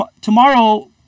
tomorrow